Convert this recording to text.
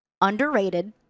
underrated